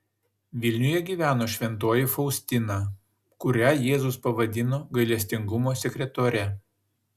vilniuje gyveno šventoji faustina kurią jėzus pavadino gailestingumo sekretore